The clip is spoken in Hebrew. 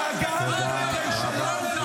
-- להגעה לשלום.